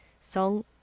Song